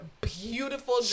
beautiful